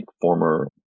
former